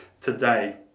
today